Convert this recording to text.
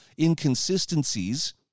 inconsistencies